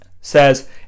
says